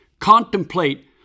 contemplate